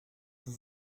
vous